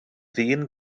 ddyn